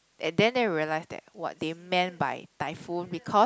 and then then we realise that what they meant by typhoon because